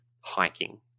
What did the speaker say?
hiking